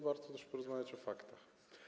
Warto porozmawiać o faktach.